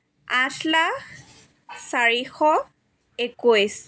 আঠ লাখ চাৰিশ একৈছ